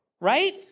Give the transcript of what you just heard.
right